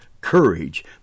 courage